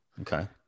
Okay